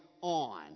on